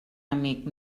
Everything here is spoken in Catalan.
amic